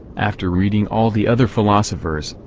after reading all the other philosophers,